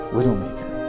Widowmaker